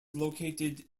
located